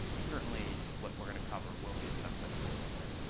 certainly, what we're going to cover will be a subset of what's in there.